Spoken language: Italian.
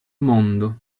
mondo